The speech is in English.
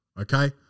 okay